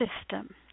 system